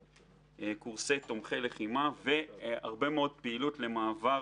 קורסי תומכי לחימה והרבה מאוד פעילות למעבר